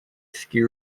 ski